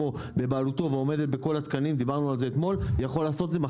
בבעלותו ועומדת בכל התקנים יכול לעשות את זה.